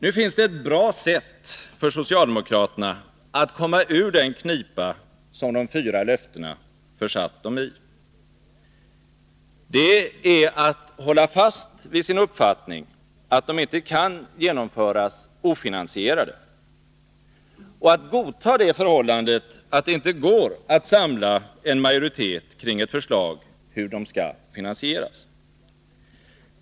Det finns ett bra sätt för socialdemokraterna att komma ur den knipa som de fyra löftena försatt demi. Det är att hålla fast vid sin uppfattning att de inte kan genomföras ofinansierade och att godta det förhållandet att det inte går att samla en majoritet kring ett förslag hur de skall finansieras.